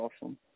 awesome